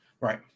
Right